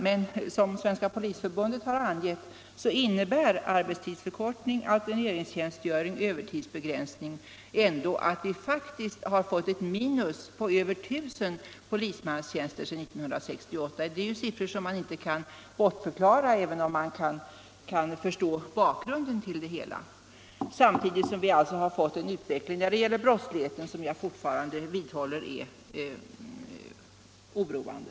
Men som Svenska polisförbundet har angett innebär = Anslag till polisväarbetstidsförkortning, alterneringstjänstgöring och övertidsbegränsning sendet ändå att vi faktiskt har fått ett minus på över 1 000 polismanstjänster sedan 1968. Det är siffror som inte går att bortförklara, även om man kan förstå bakgrunden till det hela. Samtidigt noterar vi en utveckling när det gäller brottsligheten som jag fortfarande vidhåller är oroande.